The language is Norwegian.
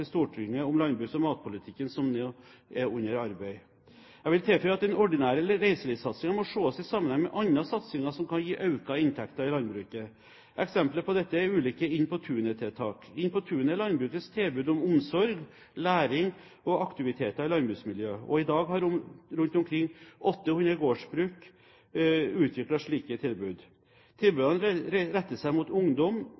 Stortinget om landbruks- og matpolitikken som nå er under arbeid. Jeg vil tilføye at den ordinære reiselivssatsingen må ses i sammenheng med andre satsinger som kan gi økte inntekter i landbruket. Eksempler på dette er ulike Inn på tunet-tiltak. Inn på tunet er landbrukets tilbud om omsorg, læring og aktiviteter i landbruksmiljø. I dag har rundt 800 gårdsbruk utviklet slike tilbud.